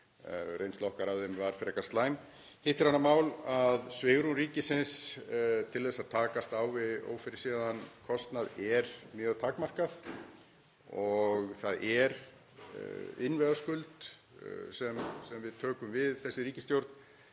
Reynsla okkar af þeim var frekar slæm. Hitt er annað mál að svigrúm ríkisins til að takast á við ófyrirséðan kostnað er mjög takmarkað og það er innviðaskuld sem við tökum við, þessi ríkisstjórn,